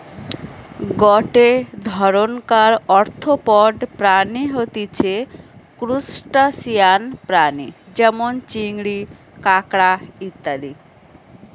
গটে ধরণকার আর্থ্রোপড প্রাণী হতিছে ত্রুসটাসিয়ান প্রাণী যেমন চিংড়ি, কাঁকড়া ইত্যাদি